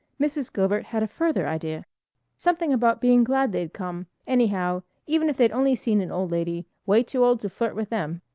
mrs. gilbert had a further idea something about being glad they'd come, anyhow, even if they'd only seen an old lady way too old to flirt with them.